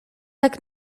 tak